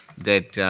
that,